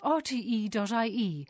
rte.ie